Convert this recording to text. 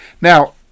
Now